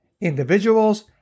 individuals